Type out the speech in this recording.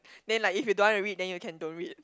then like if you don't want to read then you can don't read